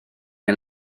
neu